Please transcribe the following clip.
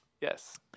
Yes